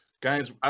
guys